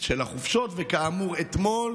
של החופשות, וכאמור אתמול